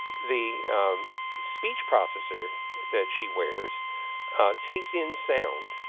the speech processor that she wears takes in sound,